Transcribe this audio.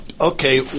okay